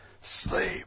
sleep